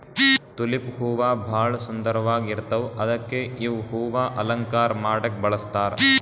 tulip ಹೂವಾ ಭಾಳ್ ಸುಂದರ್ವಾಗ್ ಇರ್ತವ್ ಅದಕ್ಕೆ ಇವ್ ಹೂವಾ ಅಲಂಕಾರ್ ಮಾಡಕ್ಕ್ ಬಳಸ್ತಾರ್